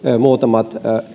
muutamat